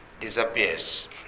disappears